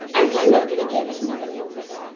ah so nobody gave it another thought.